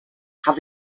have